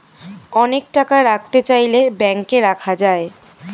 অনেক টাকা রাখতে চাইলে ব্যাংকে রাখা যায়